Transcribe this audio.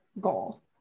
goal